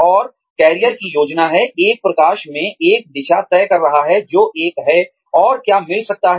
और कैरियर की योजना है एक प्रकाश में एक दिशा तय कर रहा है जो एक है और क्या मिल सकता है